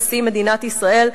נשיא מדינת ישראל,